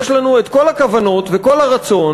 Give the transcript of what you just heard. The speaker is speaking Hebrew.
יש לנו כל הכוונות וכל הרצון